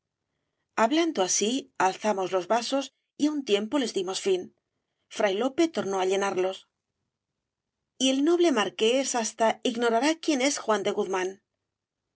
hablando así alzamos los vasos y á un tiempo les dimos fin fray lope tornó á llenarlos y el noble marqués hasta ignorará quién es juan de guzmán